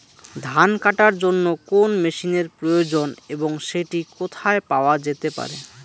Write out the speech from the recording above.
ধান কাটার জন্য কোন মেশিনের প্রয়োজন এবং সেটি কোথায় পাওয়া যেতে পারে?